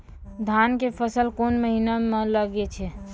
धान के फसल कोन महिना म लागे छै?